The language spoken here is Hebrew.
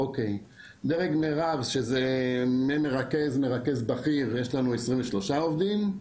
דרג מרב שזה ממרכז עד מרכז בכיר יש לנו 23 עובדים,